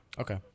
Okay